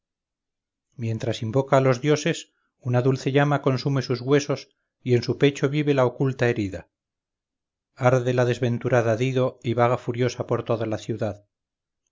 mientras invoca a los dioses una dulce llama consume sus huesos y en su pecho vive la oculta herida arde la desventurada dido y vaga furiosa por toda la ciudad